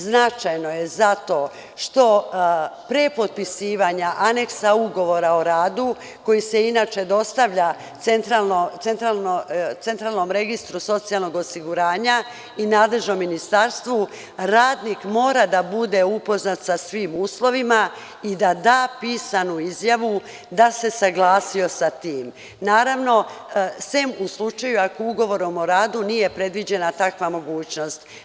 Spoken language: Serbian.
Značajno je zato što pre potpisivanja Aneksa ugovora o radu koji se inače dostavlja centralnom registru socijalnog osiguranja i nadležnom ministarstvu, radnik mora da bude upoznat sa svim uslovima i da da pisanu izjavu da se saglasio sa tim, naravno sem u slučaju akougovorom o radu nije predviđena takva mogućnost.